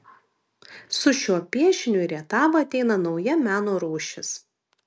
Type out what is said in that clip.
su šiuo piešiniu į rietavą ateina nauja meno rūšis